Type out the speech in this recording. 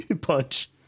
Punch